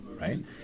right